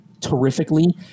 terrifically